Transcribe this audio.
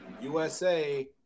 USA